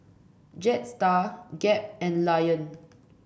Jetstar Gap and Lion